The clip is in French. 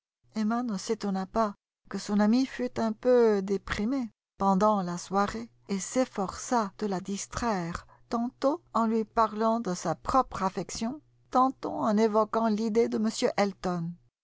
s'étonna pas que son amie fût un peu déprimée pendant la soirée et s'efforça de la distraire tantôt en lui parlant de sa propre affection tantôt en évoquant l'idée de m elton